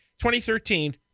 2013